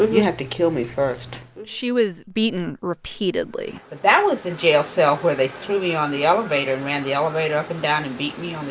you have to kill me first she was beaten repeatedly that was the jail cell where they threw me on the elevator and ran the elevator up and down and beat me on the